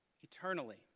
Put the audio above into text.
eternally